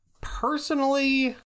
personally